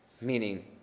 Meaning